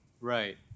Right